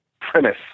premise